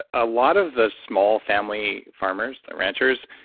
a lot of the small family farmers, the ranchers,